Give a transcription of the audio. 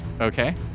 Okay